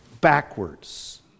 backwards